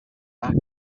back